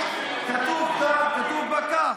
כתוב בה כך: